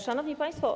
Szanowni Państwo!